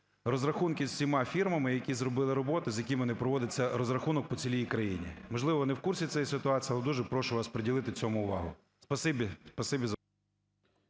розрахунки з усіма фірмами, які зробили роботу, з якими не проводиться розрахунок по цілій країні. Можливо, ви не в курсі цієї ситуації, але дуже прошу вас приділити цьому увагу.